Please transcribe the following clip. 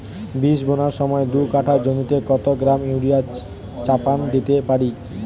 বীজ বোনার সময় দু কাঠা জমিতে কত গ্রাম ইউরিয়া চাপান দিতে পারি?